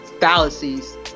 Fallacies